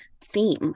theme